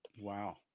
Wow